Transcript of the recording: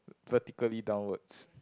vertically downwards